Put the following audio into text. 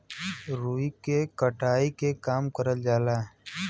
रुई के कटाई के काम करल जाला